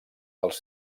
dels